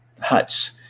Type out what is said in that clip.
huts